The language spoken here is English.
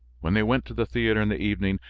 when they went to the theater in the evening,